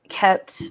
kept